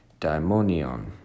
daimonion